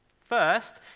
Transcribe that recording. First